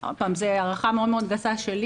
ושוב, זו הערכה מאוד גסה שלי